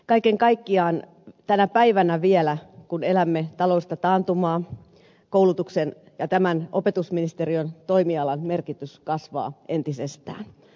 kaiken kaikkiaan tänä päivänä vielä kun elämme taloudellista taantumaa koulutuksen ja tämän opetusministeriön toimialan merkitys kasvaa entisestään